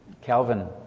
Calvin